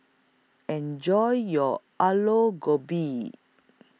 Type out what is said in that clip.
Enjoy your Aloo Gobi